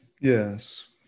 Yes